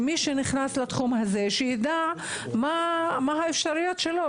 שמי שנכנס לתחום הזה שידע מה האפשרויות שלו,